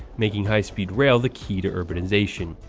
making high speed rail the key to urbanization.